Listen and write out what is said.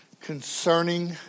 concerning